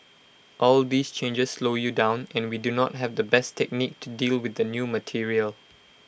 all these changes slow you down and we do not have the best technique to deal with the new material